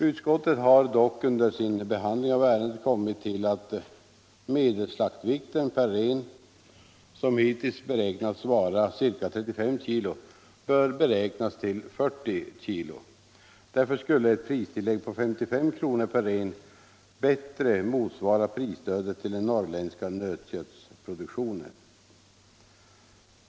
Utskottet har dock under sin behandling av ärendet kommit till att medelslaktvikten per ren, som hittills beräknats vara ca 35 kilo, bör beräknas till 40 kilo. Därför skulle ett pristillägg på 55 kr. per ren bättre motsvara prisstödet till den norrländska nötköttsproduktionen.